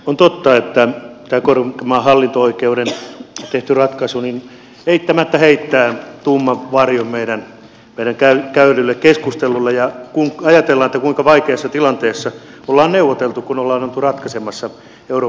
on totta että tämä korkeimman hallinto oikeuden tekemä ratkaisu eittämättä heittää tumman varjon meidän käymälle keskustelulle kun ajatellaan kuinka vaikeassa tilanteessa ollaan neuvoteltu kun ollaan oltu ratkaisemassa euroopan rahoituskriisiä